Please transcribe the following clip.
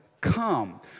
come